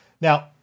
Now